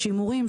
שימורים,